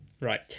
Right